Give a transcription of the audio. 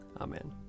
Amen